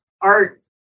art